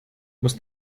muss